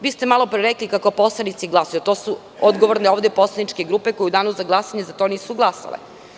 Vi ste malopre rekli kako poslanici glasaju, a za to su odgovorne ovde poslaničke grupe koje u danu za glasanje za to nisu glasale.